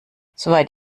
soweit